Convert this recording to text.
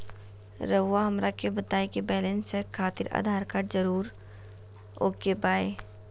रउआ हमरा के बताए कि बैलेंस चेक खातिर आधार कार्ड जरूर ओके बाय?